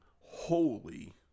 holy